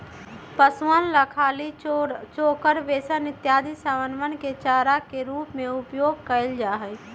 पशुअन ला खली, चोकर, बेसन इत्यादि समनवन के चारा के रूप में उपयोग कइल जाहई